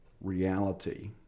reality